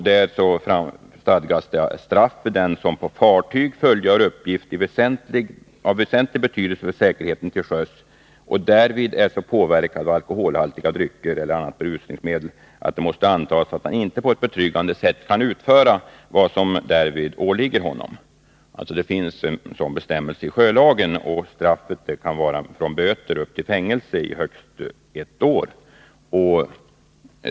Där stadgas ”straff för den som på fartyg fullgör uppgift av väsentlig betydelse för säkerheten till sjöss och därvid är så påverkad av alkoholhaltiga drycker eller annat berusningsmedel att det måste antas att han inte på betryggande sätt kan utföra vad som därvid åligger honom.” Straffet kan, enligt de bestämmelser som finns i sjölagen, vara böter eller fängelse upp till högst ett år.